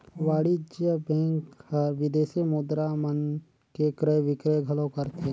वाणिज्य बेंक हर विदेसी मुद्रा मन के क्रय बिक्रय घलो करथे